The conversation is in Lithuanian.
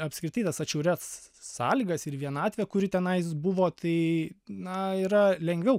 apskritai tas atšiaurias sąlygas ir vienatvę kuri tenais buvo tai na yra lengviau